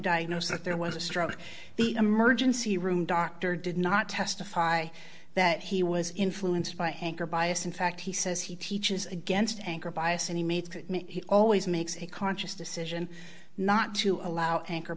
diagnose that there was a stroke the emergency room doctor did not testify that he was influenced by anger bias in fact he says he teaches against anchor bias and he made he always makes a conscious decision not to allow anchor